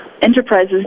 Enterprises